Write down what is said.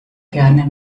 gerne